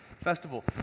Festival